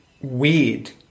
weird